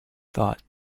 thought